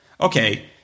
Okay